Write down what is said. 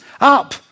up